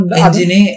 engine